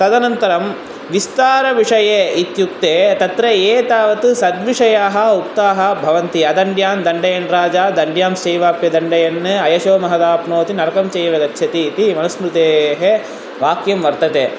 तदनन्तरं विस्तारविषये इत्युक्ते तत्र ये तावत् सद्विषयाः उक्ताः भवन्ति अदण्ड्यान् दण्डयन् राजा दण्ड्यांश्चैवाप्य दण्डयन् अयशो महदाप्नोति नरकं चैव गच्छति इति मनुस्मृतेः वाक्यं वर्तते